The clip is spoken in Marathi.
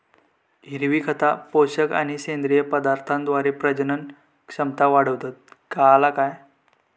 हिरवी खता, पोषक आणि सेंद्रिय पदार्थांद्वारे प्रजनन क्षमता वाढवतत, काळाला काय?